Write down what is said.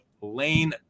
Lane